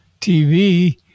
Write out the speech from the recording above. tv